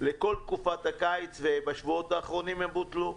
לכל תקופת הקיץ, ובשבועות האחרונים הם בוטלו.